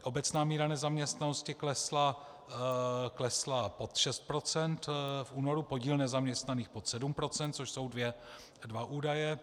Obecná míra nezaměstnanosti klesla pod 6 %, v únoru podíl nezaměstnaných pod 7 %, což jsou dva údaje.